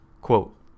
Quote